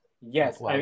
Yes